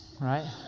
right